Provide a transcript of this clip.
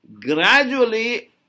gradually